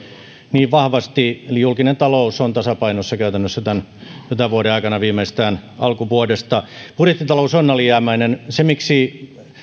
niin vahvasti että julkinen talous on tasapainossa käytännössä jo tämän vuoden aikana viimeistään alkuvuodesta budjettitalous on alijäämäinen se miksi